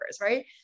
right